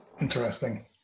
Interesting